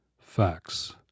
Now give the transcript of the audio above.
facts